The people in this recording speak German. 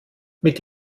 mit